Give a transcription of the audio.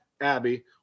Abby